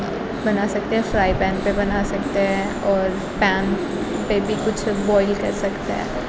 بنا سکتے ہو فرائی پین پہ بنا سکتے ہیں اور پیم پہ بھی کچھ بوائل کر سکتے ہیں